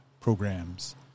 Programs